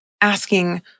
asking